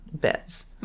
bits